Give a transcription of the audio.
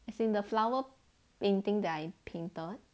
as in the flower painting that I painted